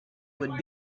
would